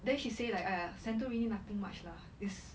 then she say like !aiya! central really nothing much lah is